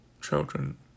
children